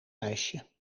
ijsje